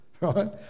Right